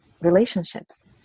relationships